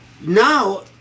now